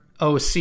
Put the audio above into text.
OC